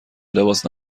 لباس